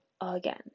again